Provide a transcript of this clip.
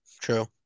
True